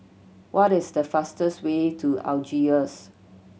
what is the fastest way to Algiers